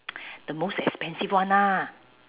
the most expensive one lah